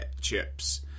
chips